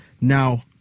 now